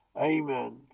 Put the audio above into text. Amen